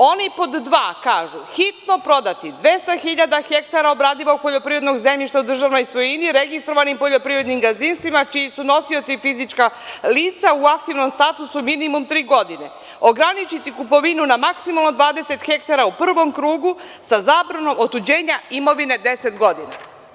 Oni, pod dva, kažu: „Hitno prodati 200.000 hektara obradivog poljoprivrednog zemljišta u državnoj svojini registrovanim poljoprivrednim gazdinstvima čiji su nosioci fizička lica u aktivnom statusu minimum tri godine; ograničiti kupovinu na maksimalno 20 hektara u prvom krugu, sa zabranom otuđenja imovine 10 godine“